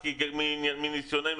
מניסיוננו,